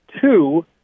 Two